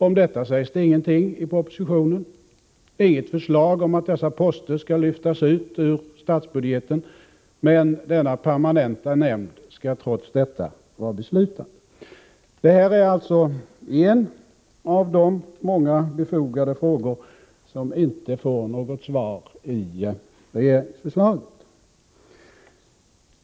Om detta sägs ingenting i propositionen. Det finns inget förslag om att dessa poster skall lyftas ut ur statsbudgeten, men den permanenta nämnden skall trots detta vara beslutande. Det är en av de många befogade frågor som inte får något svar i regeringsförslaget.